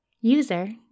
User